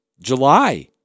July